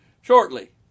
shortly